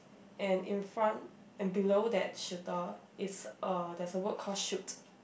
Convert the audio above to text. and in front and below that shooter is a there's a word call shoot